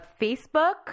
Facebook